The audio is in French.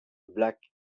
black